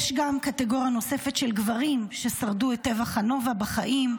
יש גם קטגוריה נוספת של גברים ששרדו את טבח הנובה בחיים: